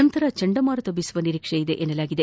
ನಂತರ ಚಂಡಮಾರುತ ಬೀಸುವ ನಿರೀಕ್ಷೆ ಇದೆ ಎನ್ನಲಾಗಿದೆ